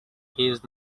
his